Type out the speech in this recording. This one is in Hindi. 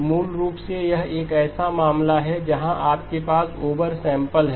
तो मूल रूप से यह एक ऐसा मामला है जहां आपके पास ओवर सैंपल है